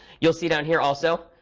you'll see down here also,